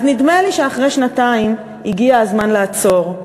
אז נדמה לי שאחרי שנתיים הגיע הזמן לעצור,